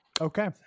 Okay